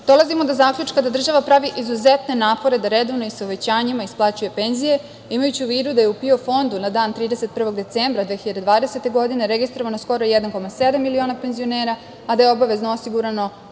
dolazimo do zaključka da država pravi izuzetne napore da redovno i sa uvećanjima isplaćuje penzije, imajući u vidu da je u PIO fondu na dan 31. decembra 2020. godine registrovano skoro 1,7 miliona penzionera, a da je obavezno osigurano